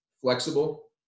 Flexible